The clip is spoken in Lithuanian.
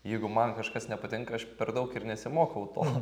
jeigu man kažkas nepatinka aš per daug ir nesimokau to